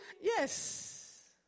yes